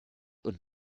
und